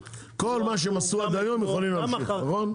כל מה שהם עשו עד היום יכולים להמשיך נכון?